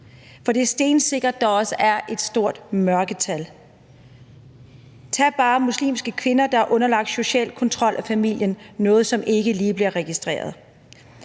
For det er stensikkert, at der også er et stort mørketal. Tag bare muslimske kvinder, der er underlagt social kontrol af familien, noget, som ikke lige bliver registreret.